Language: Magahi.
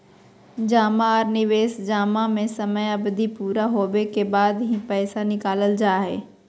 जमा आर निवेश जमा में समय अवधि पूरा होबे के बाद ही पैसा निकालल जा हय